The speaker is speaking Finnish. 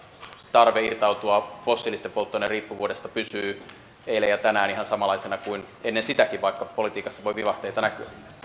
tarve irtautua fossiilisesta polttoaineriippuvuudesta pysyy eilen ja tänään ihan samanlaisena kuin ennen sitäkin vaikka politiikassa voi vivahteita